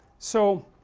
so,